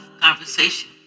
conversation